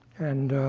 and